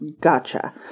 Gotcha